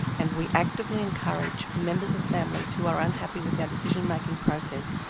and we actively encourage members of families who are unhappy with our decision making process,